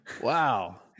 Wow